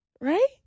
Right